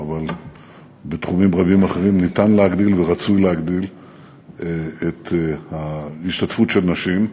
אבל בתחומים רבים אחרים ניתן להגדיל ורצוי להגדיל את ההשתתפות של נשים.